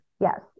Yes